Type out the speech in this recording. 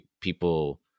people